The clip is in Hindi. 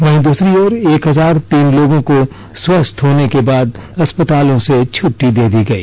वहीं दूसरी ओर एक हजार तीन लोगों को स्वस्थ होने के बाद अस्पतालों से छुट्टी दे दी गई